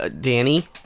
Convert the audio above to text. Danny